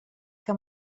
que